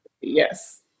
Yes